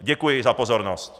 Děkuji za pozornost.